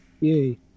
Yay